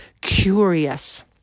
curious